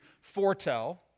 foretell